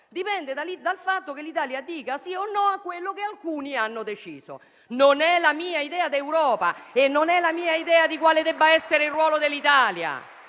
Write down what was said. dipende dal fatto che l'Italia dica sì o no a quello che alcuni hanno deciso. Non è la mia idea d'Europa e non è la mia idea di quale debba essere il ruolo dell'Italia.